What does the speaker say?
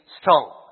strong